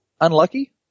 unlucky